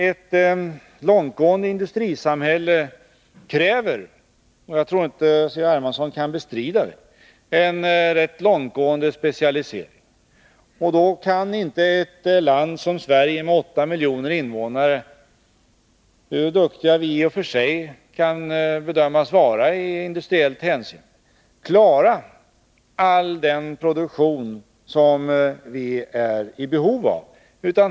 Ett långt utvecklat industrisamhälle kräver — jag tror inte C.-H. Hermansson kan bestrida det — en rätt långtgående specialisering. Ett land som Sverige, med 8 miljoner invånare kan — hur duktiga vi än kan bedömas vara i industriellt hänseende —-inte självt klara all den produktion som det är i behov av.